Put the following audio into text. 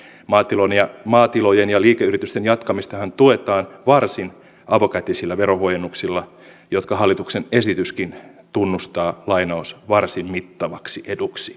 maatilojen ja maatilojen ja liikeyritysten jatkamistahan tuetaan varsin avokätisillä verohuojennuksilla jotka hallituksen esityskin tunnustaa varsin mittavaksi eduksi